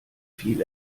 viel